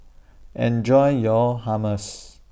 Enjoy your Hummus